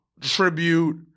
tribute